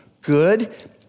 good